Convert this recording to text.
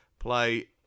play